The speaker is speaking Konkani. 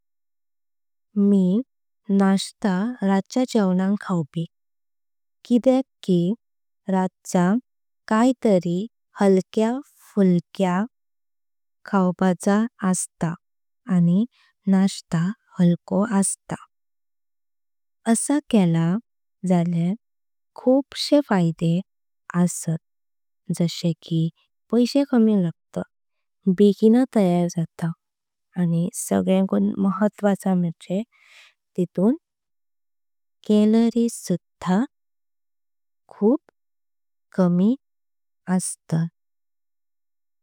मी नाश्ता राच्या जेवणाक खवपी किदेक की राछा। काय तरी हलकं फुल्य खवपाचा अस्तां आणि नाश्ता। हलको अस्तां असा केला जलया शे फायदा अस्तात। जशे की पैसे कमी लागतात बेगिणा तयार जातां। आणि सगळ्यांकुन महत्वाचं म्हंजे तेतुंन। केलोरीस सुधा कमी अस्तात।